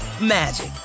magic